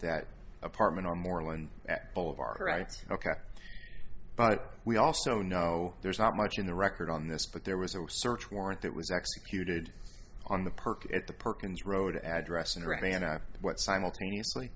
that apartment or more land at boulevard right ok but we also know there's not much in the record on this but there was a search warrant that was executed on the park at the perkins road address and rihanna what simultaneously